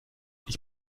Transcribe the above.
ich